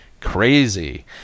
crazy